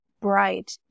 bright